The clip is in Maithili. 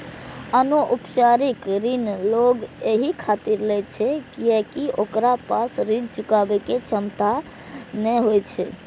अनौपचारिक ऋण लोग एहि खातिर लै छै कियैकि ओकरा पास ऋण चुकाबै के क्षमता नै होइ छै